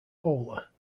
polar